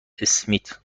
اسمیت